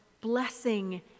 blessing